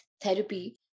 therapy